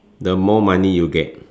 the more money you get